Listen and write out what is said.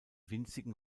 winzigen